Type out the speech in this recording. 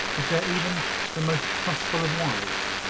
is there even the most trustful of wives,